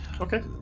Okay